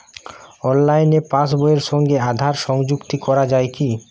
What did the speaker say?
অনলাইনে পাশ বইয়ের সঙ্গে আধার সংযুক্তি করা যায় কি?